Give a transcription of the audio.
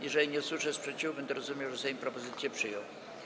Jeżeli nie usłyszę sprzeciwu, będę rozumiał, że Sejm propozycję przyjął.